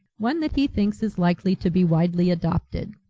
one that he thinks is likely to be widely adopted.